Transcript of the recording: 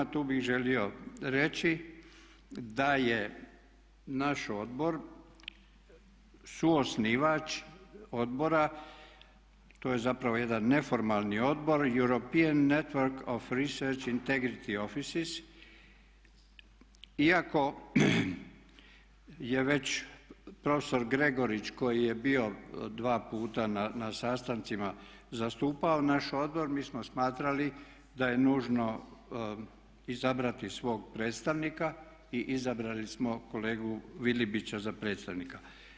Tu bih želio reći da je naš odbor suosnivač odbora, to je zapravo jedan neformalni odbor European Network of Research Integrity Offices iako je već prof. Gregorić koji je bio dva puta na sastancima zastupao naš odbor mi smo smatrali da je nužno izabrati svog predstavnika i izabrali smo kolegu Vilibića za predstavnika.